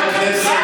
אנטישמית.